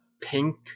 pink